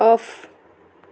off